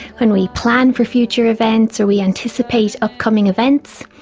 when we plan for future events or we anticipate upcoming events,